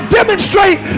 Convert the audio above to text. demonstrate